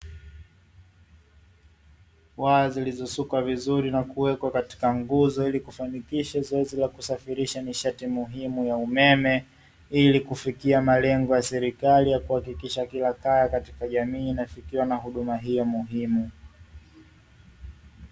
Waya zilizosukwa vizuri na kuwekwa katika nguzo ili kufanikisha zoezi la kusafirisha nishati muhimu ya umeme, ili kufikia malengo ya serikali ya kuhakikisha kila kaya katika jamii inafikiwa na huduma hiyo muhimu.